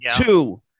two